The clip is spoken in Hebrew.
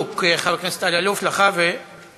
מברוכ, חבר הכנסת אלאלוף, לך ולוועדה.